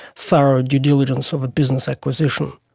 thorough due diligence of a business acquisition.